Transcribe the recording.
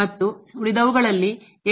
ಮತ್ತು ಉಳಿದವುಗಳಲ್ಲಿ ಕಾಣಿಸುತ್ತದೆ